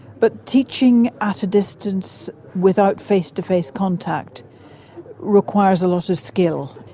but teaching at a distance without face-to-face contact requires a lot of skill.